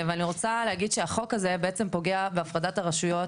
אני רוצה להגיד שהחוק הזה בעצם פוגע בהפרדת הרשויות,